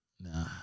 Nah